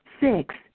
six